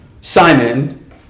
simon